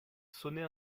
sonnet